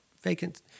vacant